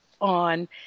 on